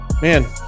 Man